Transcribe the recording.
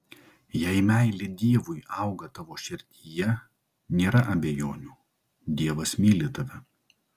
jei meilė dievui auga tavo širdyje nėra abejonių dievas myli tave